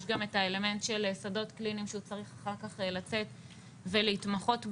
יש גם את האלמנט של שדות קליניים שהוא צריך אחר כך לצאת ולהתמחות בהם.